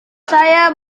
saya